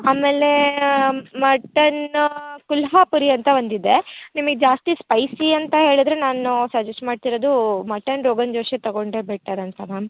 ಆಮೇಲೆ ಮಟನ್ ಕುಲ್ಹಾಪುರಿ ಅಂತ ಒಂದು ಇದೆ ನಿಮಿಗೆ ಜಾಸ್ತಿ ಸ್ಪೈಸಿ ಅಂತ ಹೇಳಿದ್ರೆ ನಾನು ಸಜೆಸ್ಟ್ ಮಾಡ್ತಿರೋದು ಮಟನ್ ರೊಗನ್ಜೋಶೇ ತಗೊಂಡರೆ ಬೆಟರ್ ಅಂತ ಮ್ಯಾಮ್